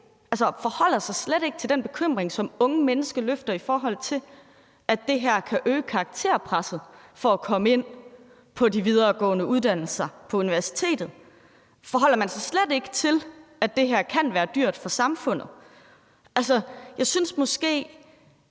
Forholder man sig slet ikke til den bekymring, som unge mennesker rejser, for at det her kan øge karakterpresset for at komme ind på de videregående uddannelser på universitetet? Forholder man sig slet ikke til, at det her kan være dyrt for samfundet? Jeg synes måske,